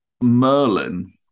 Merlin